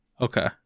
Okay